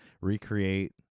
recreate